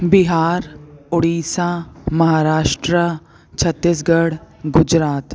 Bihar Orissa Maharashtra Chhattisgarh Gujarat